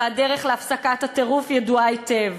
והדרך להפסקת הטירוף ידועה היטב.